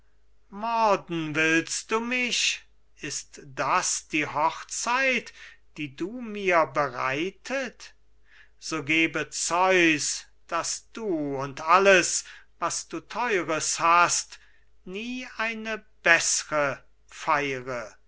willst du mich ist das die hochzeit die du mir bereitet so gebe zeus daß du und alles was du theures hast nie eine beßre feire